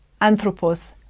anthropos